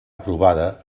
aprovada